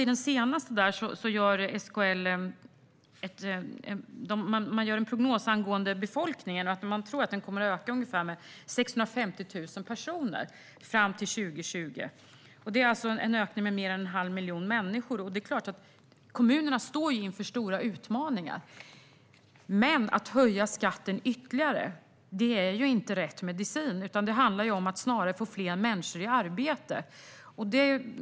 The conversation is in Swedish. I den senaste rapporten ställer SKL en prognos angående befolkningen, som man tror kommer att öka med ungefär 650 000 personer fram till 2020. Det är alltså en ökning med mer än en halv miljon människor. Kommunerna står inför stora utmaningar, men att höja skatten ytterligare är inte rätt medicin. Det handlar snarare om att få fler människor i arbete.